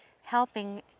helping